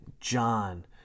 John